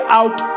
out